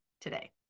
today